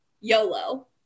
YOLO